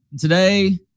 Today